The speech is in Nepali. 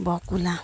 बकुल्ला